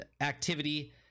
activity